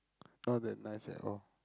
not that nice at all